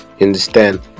Understand